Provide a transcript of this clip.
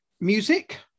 music